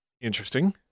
interesting